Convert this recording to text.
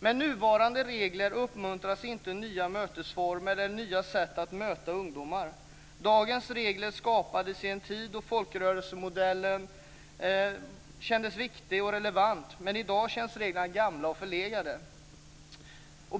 Med nuvarande regler uppmuntras inte nya mötesformer eller nya sätt att möta ungdomar. Dagens regler skapades i en tid då folkrörelsemodellen kändes viktig och relevant, men i dag känns reglerna gamla och förlegade.